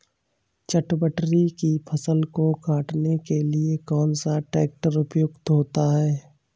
चटवटरी की फसल को काटने के लिए कौन सा ट्रैक्टर उपयुक्त होता है?